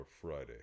friday